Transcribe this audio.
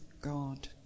God